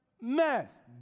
mess